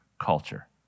culture